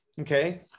okay